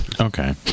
Okay